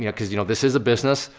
yeah cause you know, this is a business,